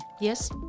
Yes